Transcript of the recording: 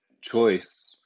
choice